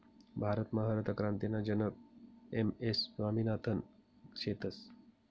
भारतमा हरितक्रांतीना जनक एम.एस स्वामिनाथन शेतस